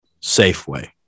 safeway